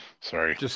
Sorry